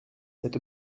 cet